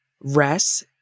rest